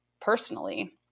personally